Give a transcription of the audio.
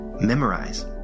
memorize